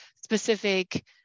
specific